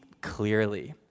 clearly